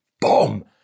boom